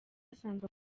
asanzwe